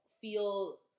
feel